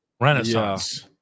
renaissance